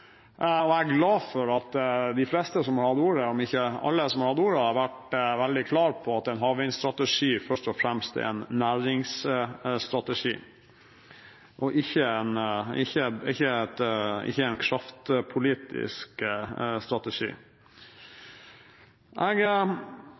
Jeg er glad for at de fleste – om ikke alle – som har hatt ordet, har vært veldig klare på at en havvindstrategi først og fremst er en næringsstrategi og ikke en